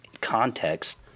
context